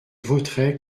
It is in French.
voterai